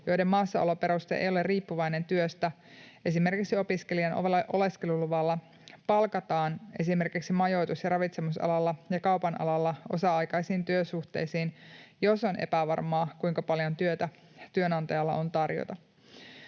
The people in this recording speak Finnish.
joiden maassaoloperuste ei ole riippuvainen työstä vaan esimerkiksi opiskelijan oleskelulupa, palkataan esimerkiksi majoitus- ja ravitsemusalalla ja kaupan alalla osa-aikaisiin työsuhteisiin, jos on epävarmaa, kuinka paljon työtä työnantajalla on tarjota.